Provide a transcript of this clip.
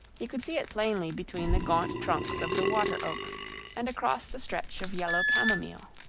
he could see it plainly between the gaunt trunks of the water-oaks and across the stretch of yellow camomile.